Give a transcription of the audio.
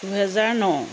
দুহেজাৰ ন